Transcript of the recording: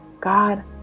God